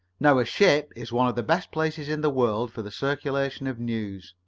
now a ship is one of the best places in the world for the circulation of news.